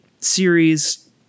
series